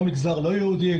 גם מגזר לא יהודי,